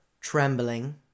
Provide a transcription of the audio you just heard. Trembling